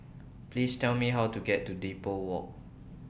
Please Tell Me How to get to Depot Walk